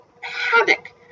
havoc